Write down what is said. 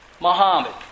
Muhammad